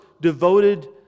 devoted